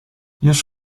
już